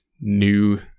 new